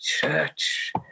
church